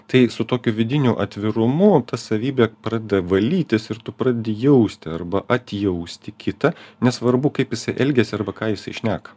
tai su tokiu vidiniu atvirumu ta savybė pradeda valytis ir tu pradedi jausti arba atjausti kitą nesvarbu kaip jisai elgiasi arba ką jisai šneka